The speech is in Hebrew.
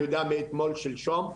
אני יודע מאתמול שלשום.